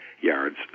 yards